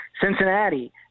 Cincinnati